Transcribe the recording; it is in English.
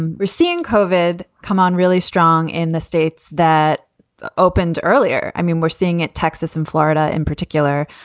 and we're seeing covered come on. really strong in the states that opened earlier. i mean, we're seeing it, texas and florida in particular.